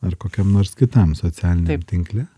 ar kokiam nors kitam socialiniam tinkle